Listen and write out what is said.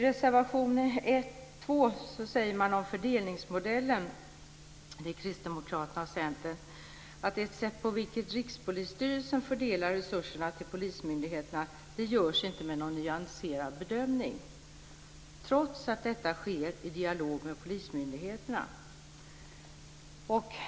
det är Kristdemokraterna och Centern - att Rikspolisstyrelsen inte fördelar resurserna till polismyndigheterna med någon nyanserad bedömning, trots att detta sker i dialog med polismyndigheterna.